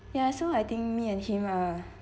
ya so I think me and him are